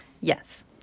yes